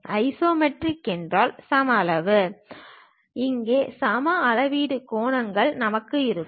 isometric என்றால் சம அளவு இங்கே சம அளவீட்டு கோணங்கள் நமக்கு இருக்கும்